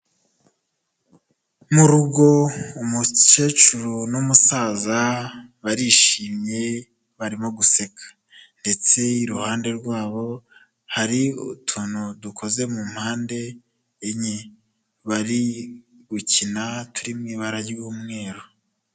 Murugo umukecuru n'umusaza barishimye barimo guseka ndetse iruhande rwabo hari utuntu dukoze mu mpande enye bari gukina turi mw ' ibara ry'umweru .